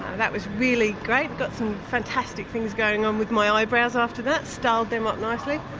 that was really great, got some fantastic things going on with my ah eyebrows after that, styled them up nicely.